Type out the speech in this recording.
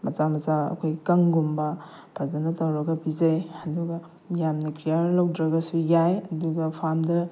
ꯃꯆꯥ ꯃꯆꯥ ꯑꯩꯈꯣꯏ ꯀꯪꯒꯨꯝꯕ ꯐꯖꯅ ꯇꯧꯔꯒ ꯄꯤꯖꯩ ꯑꯗꯨꯒ ꯌꯥꯝꯅ ꯀꯤꯌꯥꯔ ꯂꯧꯗ꯭ꯔꯒꯁꯨ ꯌꯥꯏ ꯑꯗꯨꯒ ꯐꯥꯝꯗ